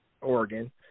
Oregon